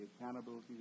accountability